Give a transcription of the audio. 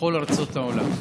בכל ארצות העולם.